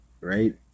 right